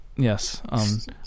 Yes